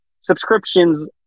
subscriptions